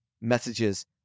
messages